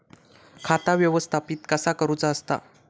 खाता व्यवस्थापित कसा करुचा असता?